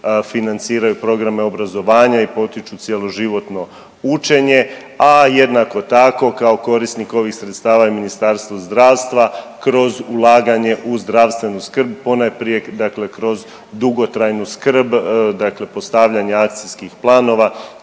financiraju programe obrazovanja i potiču cjeloživotno učenje, a jednako tako kao korisnik ovih sredstava je Ministarstvo zdravstva kroz ulaganje u zdravstvenu skrb ponajprije dakle kroz dugotrajnu skrb dakle postavljanja akcijskih planova